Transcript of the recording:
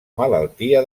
malaltia